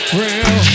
real